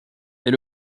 est